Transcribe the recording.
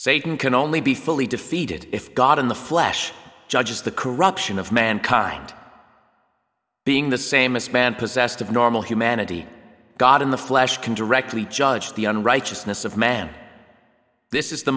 satan can only be fully defeated if god in the flesh judges the corruption of mankind being the same a span possessed of normal humanity god in the flesh can directly judge the unrighteousness of man this is the